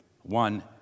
one